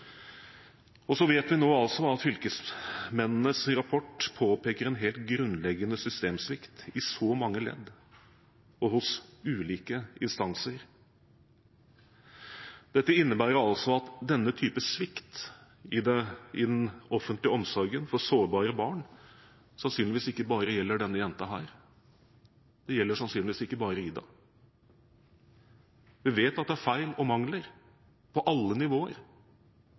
Så vet vi nå at fylkesmennenes rapport påpeker en helt grunnleggende systemsvikt i så mange ledd og hos ulike instanser. Dette innebærer at denne type svikt i den offentlige omsorgen for sårbare barn sannsynligvis ikke bare gjelder denne jenta, det gjelder sannsynligvis ikke bare «Ida». Vi vet at det er feil og mangler på alle nivåer,